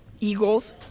Eagles